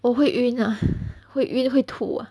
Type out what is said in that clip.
我会晕 lah 会晕会吐 ah